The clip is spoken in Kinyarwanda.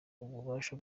ububasha